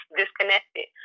disconnected